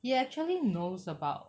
he actually knows about